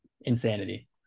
Insanity